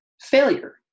failure